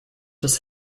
das